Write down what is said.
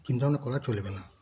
চিন্তা ভাবনা করা চলবে না